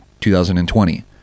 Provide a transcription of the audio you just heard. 2020